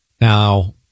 Now